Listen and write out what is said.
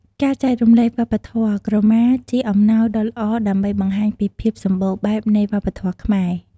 ការចែករំលែកវប្បធម៌ ក្រមាជាអំណោយដ៏ល្អដើម្បីបង្ហាញពីភាពសម្បូរបែបនៃវប្បធម៌ខ្មែរ។